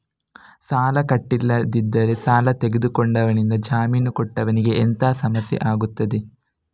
ಸಾಲ ಕಟ್ಟಿಲ್ಲದಿದ್ದರೆ ಸಾಲ ತೆಗೆದುಕೊಂಡವನಿಂದ ಜಾಮೀನು ಕೊಟ್ಟವನಿಗೆ ಎಂತ ಸಮಸ್ಯೆ ಆಗ್ತದೆ?